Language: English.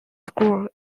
school